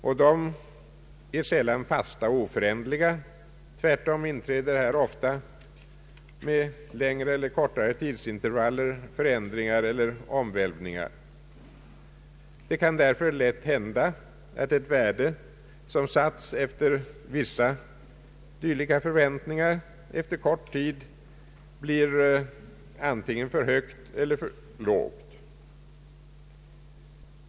Dessa är sällan fasta och oföränderliga; tvärtom inträder här ofta med längre eller kortare tidsintervaller förändringar eller omvälvningar. Det kan därför lätt hända att ett värde, som satts med ledning av vissa dylika förväntningar, efter kort tid blir antingen för högt eller för lågt.